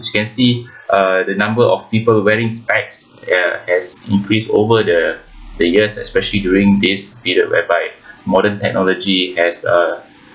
as you can see uh the number of people wearing specs ya has increase over the the years especially during this period whereby modern technology has a